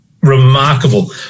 remarkable